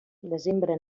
desembre